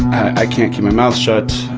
i can't keep my mouth shut,